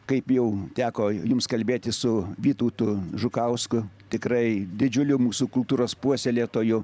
kaip jau teko jums kalbėti su vytautu žukausku tikrai didžiuliu mūsų kultūros puoselėtoju